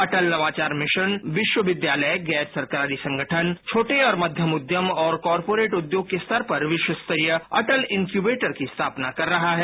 अटल नवाचार मिशन विश्वविद्यालय गैर सरकारी संगठन छोटे और मध्यम उद्यम और कॉर्पोरेट उद्योग के स्तर पर विश्वस्तरीय अटल इंक्यूबेटर की स्थापना कर रहा है